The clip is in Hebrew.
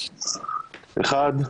ראשית,